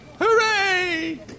Hooray